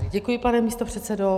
Děkuji, pane místopředsedo.